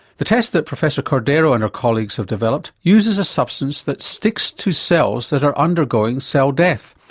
the test that professor cordeiro and her colleagues have developed uses a substance that sticks to cells that are undergoing cell death.